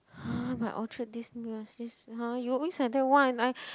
!huh! but ultra !huh! you always like that one I